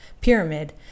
pyramid